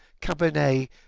Cabernet